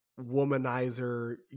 womanizer